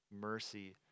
mercy